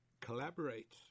collaborate